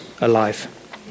alive